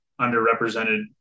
underrepresented